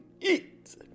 eat